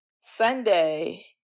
Sunday